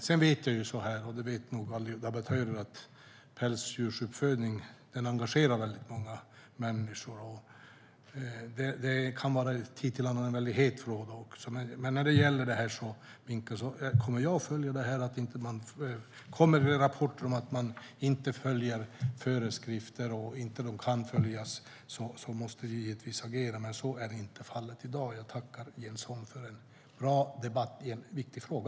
Sedan vet jag och alla debattörer att pälsdjursuppfödning engagerar många människor. Det kan vara en väldigt het fråga från tid till annan. Men när det gäller minken kommer jag att följa detta. Om det kommer rapporter om att föreskrifter inte följs eller inte kan följas måste vi givetvis agera, men så är inte fallet i dag. Jag tackar Jens Holm för en bra debatt i en viktig fråga.